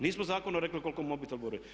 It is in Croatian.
Nismo zakonom rekli koliko mobitel bude.